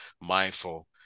mindful